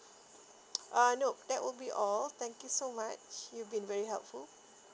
ah nope that would be all thank you so much you've been very helpful